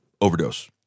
overdose